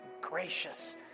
gracious